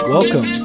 Welcome